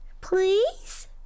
please